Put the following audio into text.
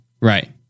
right